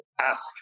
ask